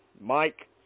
Mike